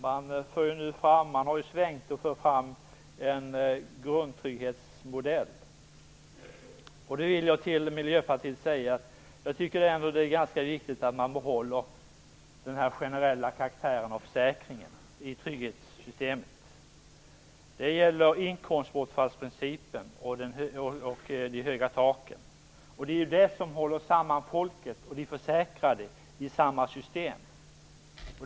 Man har ju nu svängt och för fram en grundtrygghetsmodell. Jag vill då säga till Miljöpartiet att jag tycker att det är viktigt att man behåller försäkringens generella karaktär i trygghetssystemet. Det gäller inkomstbortfallsprincipen och de höga taken. Det är det som håller samman folket, de försäkrade, i samma system.